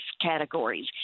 categories